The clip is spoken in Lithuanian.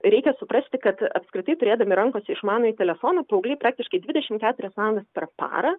ir reikia suprasti kad apskritai turėdami rankose išmanųjį telefoną paaugliai praktiškai dvidešim keturias valandas per parą